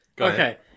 Okay